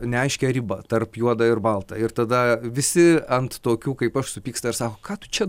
neaiškią ribą tarp juoda ir balta ir tada visi ant tokių kaip aš supyksta ir sako ką tu čia